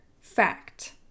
fact